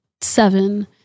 seven